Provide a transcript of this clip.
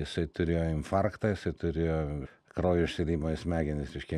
jisai turėjo infarktą jisai turėjo kraujo išsiliejimą į smegenis reiškia